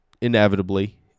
inevitably